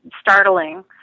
startling